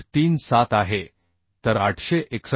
37 आहे तर 861